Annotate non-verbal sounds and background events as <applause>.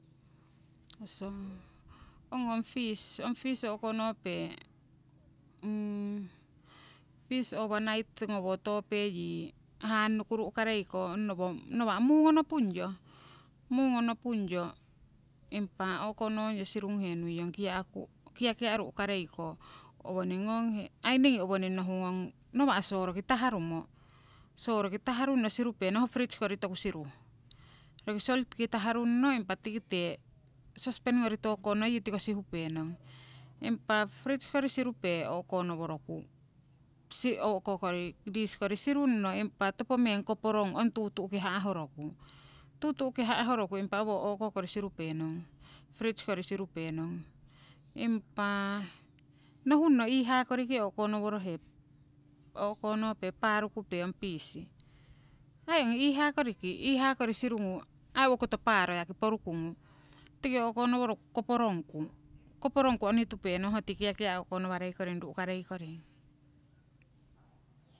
Oso ong ong fish o'konope <hesitation> fish overnight ngowo tope yii hannuku ru'kareiko onnowo nawa' mungo nopunyo. Mungo nopunyo impa o'konnoyo sirunghe nuiyong kiaku kiakia' rukareiko owoning ngonghe aii ningi owoning nohungong nawa' soroki taharumo, soroki taharunno sirupenong ho freeze kori toku siruh. Roki saltki taharunno impa tikite kiakia sospen ngori tokonno yii roki tiko sihupenong. impa fridge kori sirupe o'konoworoku impa dish kori sirunno topo meng o'konoworoku koporongku ong tuu tu'ki ha'horoku, tuu tuki ha'horoku impa owo o'ko kori fridge kori sirupenong. Impa nohunno iihaa koriki o'konoworohe o'konope parukupe ong pisi ai ongi iihaa koriki iihaa kori sirungu aii owokoto paaro kori porukungu tiki o'konoworoku koporongku. koporongku ongitupenong ho tii kiakia' o'konowarei koring ru'karei koring